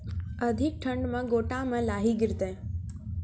अधिक ठंड मे गोटा मे लाही गिरते?